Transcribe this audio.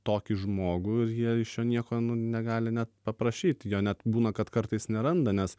tokį žmogų ir jie iš jo nieko nu negali net paprašyti jo net būna kad kartais neranda nes